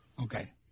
Okay